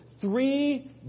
three